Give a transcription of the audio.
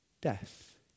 death